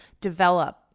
develop